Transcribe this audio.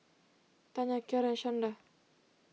Tanya Kiarra and Shanda